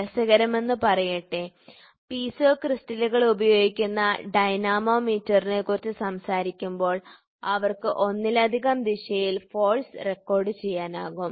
രസകരമെന്നു പറയട്ടെ പീസോ ക്രിസ്റ്റലുകൾ ഉപയോഗിക്കുന്ന ഡൈനാമോ മീറ്ററിനെക്കുറിച്ച് സംസാരിക്കുമ്പോൾ അവർക്ക് ഒന്നിലധികം ദിശയിൽ ഫോഴ്സ് റെക്കോർഡു ചെയ്യാനാകും